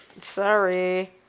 sorry